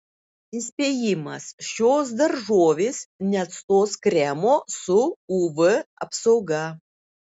įspėjimas šios daržovės neatstos kremo su uv apsauga